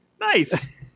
nice